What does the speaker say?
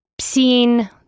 seeing